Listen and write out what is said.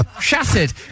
Shattered